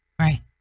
Right